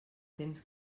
temps